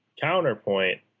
Counterpoint